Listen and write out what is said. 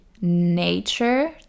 nature